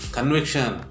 Conviction